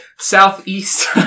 Southeast